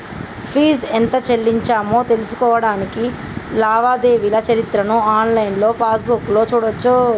fee ఎంత చెల్లించామో తెలుసుకోడానికి లావాదేవీల చరిత్రను ఆన్లైన్ పాస్బుక్లో చూడచ్చు